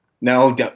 No